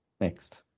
next